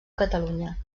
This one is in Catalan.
catalunya